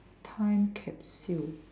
time capsule